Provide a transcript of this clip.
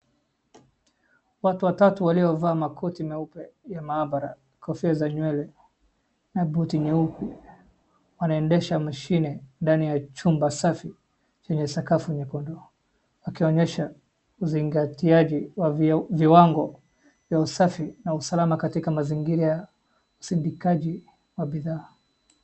Watu watatu waliovaa makoti meupe ya maabara, kofia za nywele na buti nyeupe wanaendesha mashini ndani ya chumba safi chenye sakafu nyekundu, wakionyesha uzingatiaji wa viwango vya usafi na usalama katika mazingira ya usindikajiji wa bidhaa.